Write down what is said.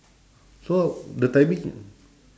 so the timing